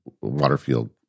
waterfield